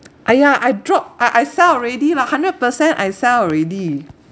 !aiya! I dropped I I sell already lah hundred percent I sell already